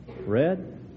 Red